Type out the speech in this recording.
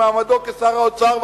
במעמדו כשר האוצר,